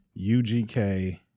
UGK